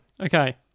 Okay